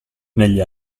negli